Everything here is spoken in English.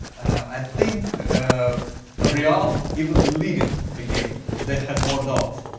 i think ah ah real even leading the game they had more doubts.